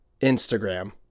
Instagram